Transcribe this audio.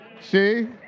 See